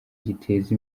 giteza